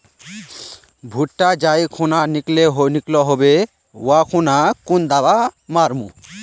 भुट्टा जाई खुना निकलो होबे वा खुना कुन दावा मार्मु?